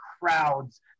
crowds